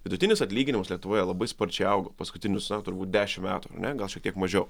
vidutinis atlyginimas lietuvoje labai sparčiai auga paskutinius na turbūt dešimt metų ar ne gal šiek tiek mažiau